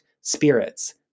spirits